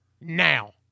now